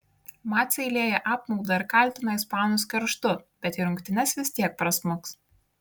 maciai lieja apmaudą ir kaltina ispanus kerštu bet į rungtynes vis tiek prasmuks